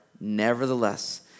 Nevertheless